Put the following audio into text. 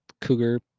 Cougar